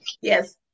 yes